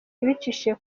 ibicishije